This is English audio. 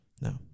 No